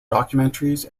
documentaries